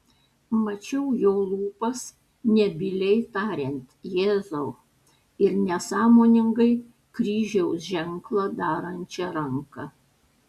mačiau jo lūpas nebyliai tariant jėzau ir nesąmoningai kryžiaus ženklą darančią ranką